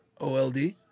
O-L-D